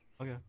Okay